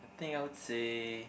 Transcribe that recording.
I think I would say